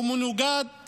מנוגדת